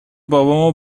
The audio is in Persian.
بابامو